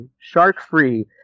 shark-free